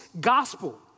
gospel